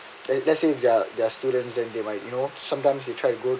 like let's say if they're they're students than they might you know sometimes they try to go